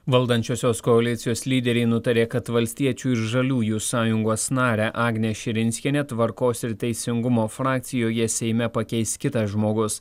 valdančiosios koalicijos lyderiai nutarė kad valstiečių ir žaliųjų sąjungos narę agnę širinskienę tvarkos ir teisingumo frakcijoje seime pakeis kitas žmogus